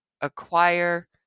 acquire